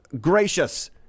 gracious